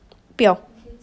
不要